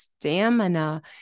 stamina